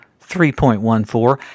3.14